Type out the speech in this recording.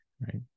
right